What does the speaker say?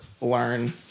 learn